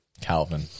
Calvin